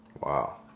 Wow